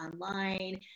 online